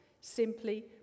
simply